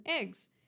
eggs